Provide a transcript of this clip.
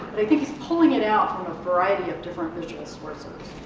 think he's pulling it out from a variety of different visual sources.